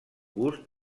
gust